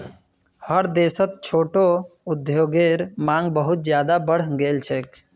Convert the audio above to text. हर देशत छोटो उद्योगेर मांग बहुत ज्यादा बढ़ गेल छेक